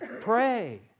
pray